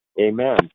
Amen